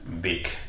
big